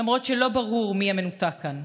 למרות שלא ברור מי המנותק כאן.